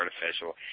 artificial